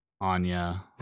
Anya